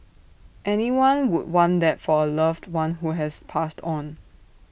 anyone would want that for A loved one who has passed on